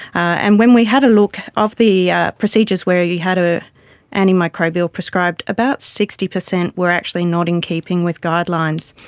and when we had a look, of the procedures were you had an ah antimicrobial prescribed, about sixty percent were actually not in keeping with guidelines,